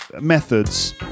methods